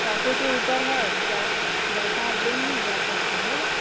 पैसे के ऊपर है जैसा जैसा आप देंगी वैसा काम होगा